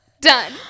Done